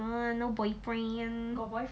no no lah no boyfriend